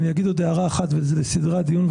אגיד עוד הערה אחת וזה לסדרי הדיון,